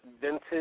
vintage